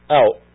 out